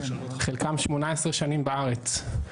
חלקם 18 שנים בארץ,